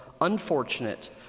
unfortunate